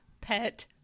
pet